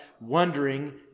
wondering